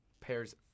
pair's